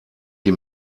die